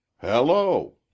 Hello